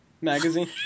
Magazine